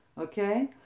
okay